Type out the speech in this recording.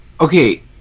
Okay